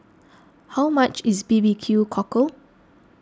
how much is B B Q Cockle